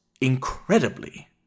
incredibly